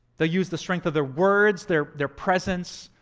they'll use the strength of their words, their their presence,